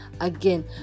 again